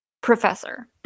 professor